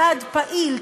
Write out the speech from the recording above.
צעד פעיל,